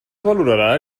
valorarà